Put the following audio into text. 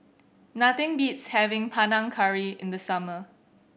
nothing beats having Panang Curry in the summer